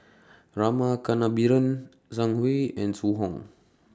Rama Kannabiran Zhang Hui and Zhu Hong